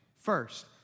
First